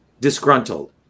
disgruntled